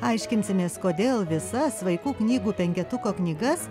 aiškinsimės kodėl visas vaikų knygų penketuko knygas